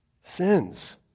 sins